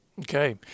Okay